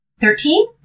Thirteen